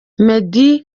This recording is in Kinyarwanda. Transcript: meddy